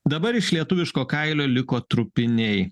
dabar iš lietuviško kailio liko trupiniai